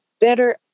better